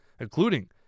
including